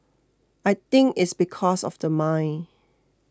I think it's because of the mine